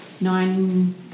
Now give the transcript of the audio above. nine